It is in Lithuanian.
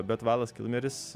bet valas kilmeris